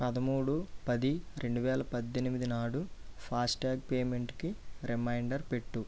పదమూడు పది రెండు వేల పద్దెనిమిది నాడు ఫాస్టాగ్ పేమెంటుకి రిమైండర్ పెట్టు